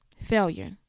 Failure